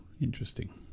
interesting